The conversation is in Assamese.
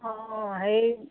অঁ হেৰি